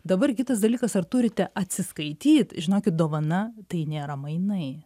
dabar kitas dalykas ar turite atsiskaityt žinokit dovana tai nėra mainai